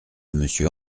monsieur